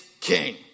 king